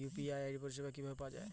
UPI পরিষেবা কি করে পাওয়া যাবে?